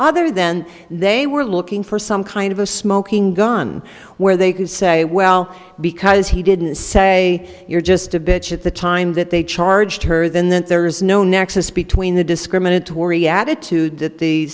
other than they were looking for some kind of a smoking gun where they could say well because he didn't say you're just a bitch at the time that they charged her than that there is no nexus between the discriminatory attitude that the